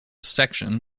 section